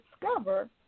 discover